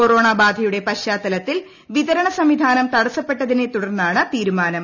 corona ബാധയുടെ പശ്ചാത്തലത്തിൽ വിതരണ സംവിധാനം തടസ്സപ്പെട്ടതിനെ തുടർന്നാണ് തീരുമാനം